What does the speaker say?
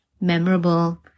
memorable